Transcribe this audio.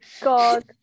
god